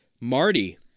Marty